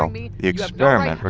um the experiment